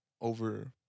over